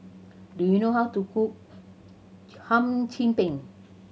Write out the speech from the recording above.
do you know how to cook Hum Chim Peng